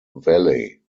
valley